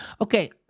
Okay